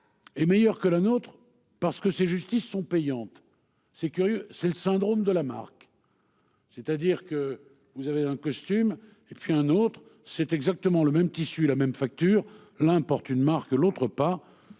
Est meilleur que le nôtre parce que c'est justice sont payantes, c'est curieux c'est le syndrome de la marque. C'est-à-dire que vous avez un costume et puis un autre, c'est exactement le même tissu la même facture. L'un porte une marque l'autre pas,